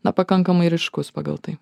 nepakankamai ryškus pagal tai